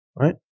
right